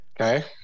Okay